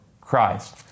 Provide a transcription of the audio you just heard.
Christ